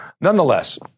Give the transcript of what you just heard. nonetheless